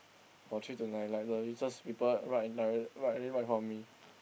for three to nine like the useless people for me